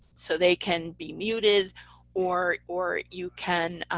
so they can be muted or or you can,